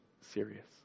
serious